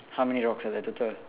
how many rocks are there total